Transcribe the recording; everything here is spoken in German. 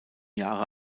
jahre